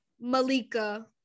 malika